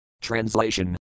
Translation